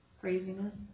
craziness